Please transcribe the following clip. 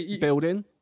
building